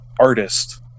artist